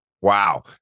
Wow